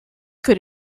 could